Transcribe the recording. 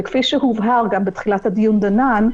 וכפי שהובהר גם בתחילת הדיון דנן,